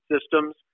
systems